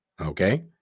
Okay